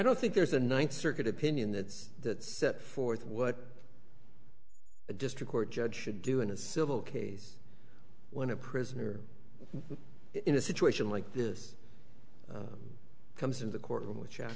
don't think there's a ninth circuit opinion that's that set forth what a district court judge should do in a civil case when a prisoner in a situation like this comes in the courtroom which